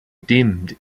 dimmed